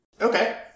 Okay